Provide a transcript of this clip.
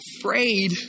afraid